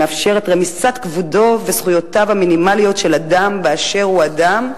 שמאפשרת רמיסת כבודו וזכויותיו המינימליות של אדם באשר הוא אדם,